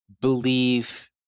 believe